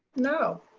no.